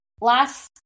last